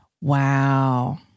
Wow